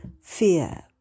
fear